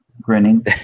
grinning